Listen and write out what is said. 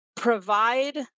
provide